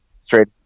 straight